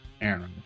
Aaron